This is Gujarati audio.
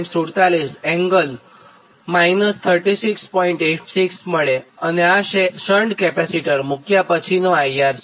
86° અને આ શન્ટ કેપેસિટર મુક્યા પછીનો IR છે